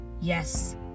yes